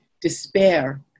despair